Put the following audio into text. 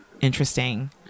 interesting